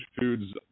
foods